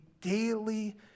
daily